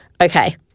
okay